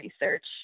research